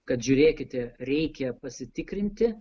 kad žiūrėkite reikia pasitikrinti